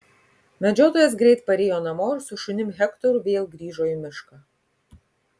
medžiotojas greit parėjo namo ir su šunim hektoru vėl grįžo į mišką